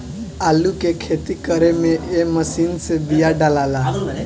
आलू के खेती करे में ए मशीन से बिया डालाला